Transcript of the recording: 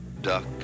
duck